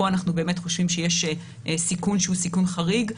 פה אנחנו באמת חושבים שיש סיכון שהוא סיכון חריג.